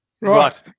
Right